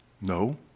No